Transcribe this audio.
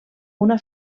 una